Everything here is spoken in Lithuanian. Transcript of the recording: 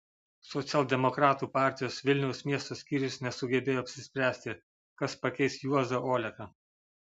socialdemokratų partijos vilniaus miesto skyrius nesugebėjo apsispręsti kas pakeis juozą oleką